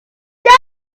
that